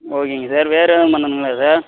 ஓகேங்க சார் வேறு எதுவும் பண்ணனுங்களா சார்